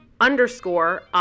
underscore